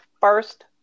first